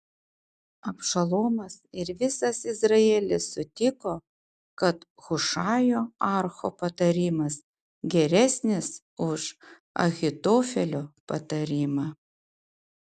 abšalomas ir visas izraelis sutiko kad hušajo archo patarimas geresnis už ahitofelio patarimą